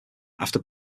after